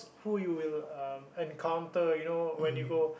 who you will uh encounter you know when you go